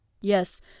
Yes